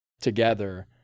together